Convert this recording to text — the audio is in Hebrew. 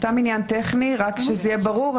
סתם עניין טכני, רק שזה יהיה ברור.